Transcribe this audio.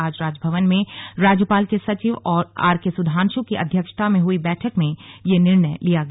आज राजभवन में राज्यपाल के सचिव आर के सुधांशु की अध्यक्षता में हुई बैठक में ये निर्णय लिया गया